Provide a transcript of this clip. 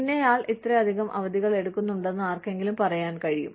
ഇന്നയാൾ ഇത്രയധികം അവധികൾ എടുക്കുന്നുണ്ടെന്ന് ആർക്കെങ്കിലും പറയാൻ കഴിയും